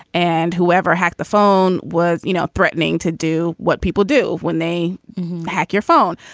and whoever hacked the phone was, you know, threatening to do what people do when they hack your phone.